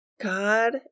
God